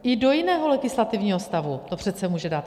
I do jiného legislativního stavu to přece může dát.